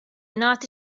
nagħti